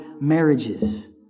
marriages